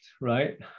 right